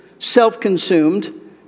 self-consumed